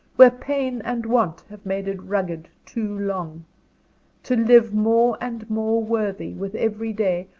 where pain and want have made it rugged too long to live more and more worthy, with every day,